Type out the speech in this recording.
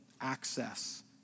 access